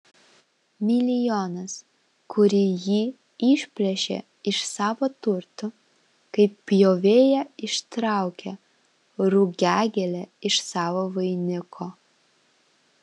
milijonas kurį ji išplėšė iš savo turtų kaip pjovėja ištraukia rugiagėlę iš savo vainiko